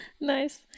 nice